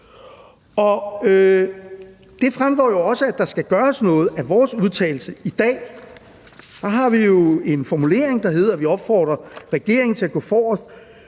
det jo også, at der skal gøres noget. Her har vi jo en formulering, der hedder, at vi opfordrer regeringen til at gå i forreste